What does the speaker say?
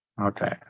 Okay